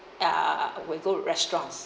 uh when you go to restaurants